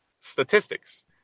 statistics